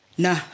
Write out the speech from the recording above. Nah